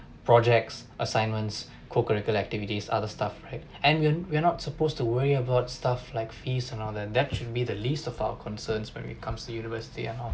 projects assignments co curricular activities other stuff right and we we are not supposed to worry about stuff like fees and all that that should be the least of our concerns when it comes to university and all